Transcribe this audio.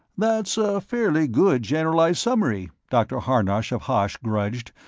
that's a fairly good generalized summary, dr. harnosh of hosh grudged,